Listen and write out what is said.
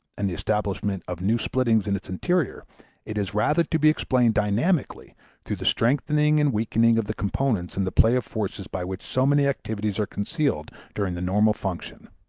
and the establishment of new splittings in its interior it is rather to be explained dynamically through the strengthening and weakening of the components in the play of forces by which so many activities are concealed during the normal function.